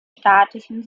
statischen